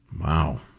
Wow